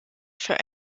für